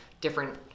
different